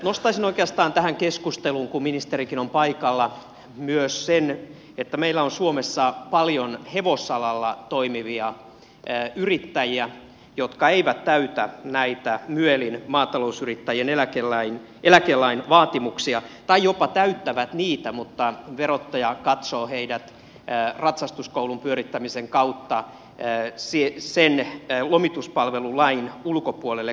nostaisin oikeastaan tähän keskusteluun kun ministerikin on paikalla myös sen että meillä on suomessa paljon hevosalalla toimivia yrittäjiä jotka eivät täytä näitä myelin maatalousyrittäjien eläkelain vaatimuksia tai jopa täyttävät niitä mutta verottaja katsoo heidät ratsastuskoulun pyörittämisen kautta sen lomituspalvelulain ulkopuolelle kuuluviksi